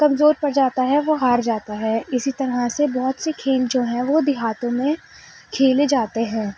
کمزور پڑ جاتا ہے وہ ہار جاتا ہے اسی طرح سے بہت سے کھیل جو ہیں وہ دیہاتوں میں کھیلے جاتے ہیں